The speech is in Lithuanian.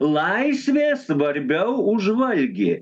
laisvė svarbiau už valgį